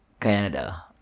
Canada